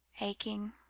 aching